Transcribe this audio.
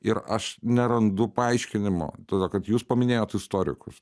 ir aš nerandu paaiškinimo todėl kad jūs paminėjot istorikus